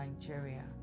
Nigeria